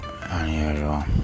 unusual